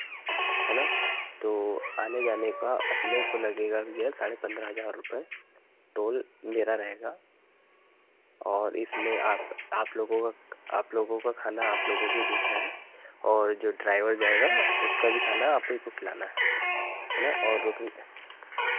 है ना तो आने जाने का अपने को लगेगा भैया साढ़े पंद्रह हज़ार रूपये टोल मेरा रहेगा और इसमें आप आप लोगों का आप लोगों का खाना आप लोगों को ही देखना है और जो ड्राईवर जाएगा उसका भी खाना आप को ही खिलाना है ना और रुकन